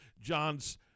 John's